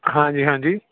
ਹਾਂਜੀ ਹਾਂਜੀ